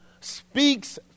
speaks